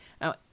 Now